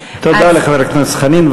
תודה לחבר הכנסת חנין.